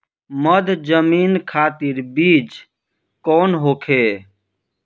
मध्य जमीन खातिर बीज कौन होखे?